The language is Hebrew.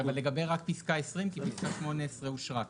רק לגבי פיסקה 20, כי פיסקה 18 אושרה כבר.